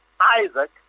Isaac